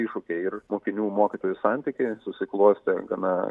iššūkiai ir mokinių mokytojų santyiai susiklostę gana